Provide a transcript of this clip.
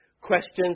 questions